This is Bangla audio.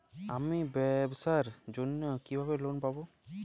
আমি ব্যবসার জন্য কিভাবে লোন পাব?